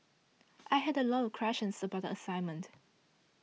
I had a lot of questions about the assignment